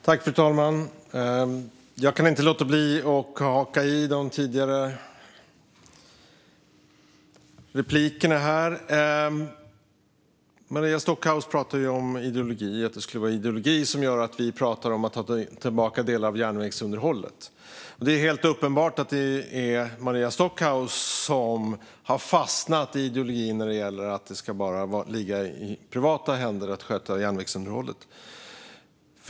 Fru talman! Jag kan inte låta bli att haka i de tidigare replikerna. Maria Stockhaus pratade om ideologi och att det skulle vara det som gör att vi pratar om att ta tillbaka delar av järnvägsunderhållet. Det är helt uppenbart att det är Maria Stockhaus som har fastnat i ideologi när det gäller att det bara ska ligga i privata händer att sköta järnvägsunderhållet.